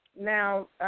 now